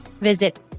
Visit